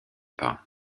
pas